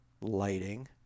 Lighting